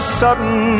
sudden